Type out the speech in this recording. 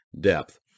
depth